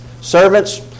Servants